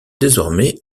désormais